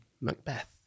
Macbeth